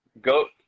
go